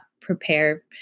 prepare